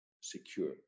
secure